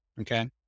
okay